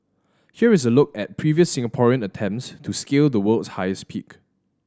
here is a look at previous Singaporean attempts to scale the world's highest peak